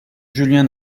julien